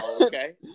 okay